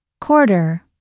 quarter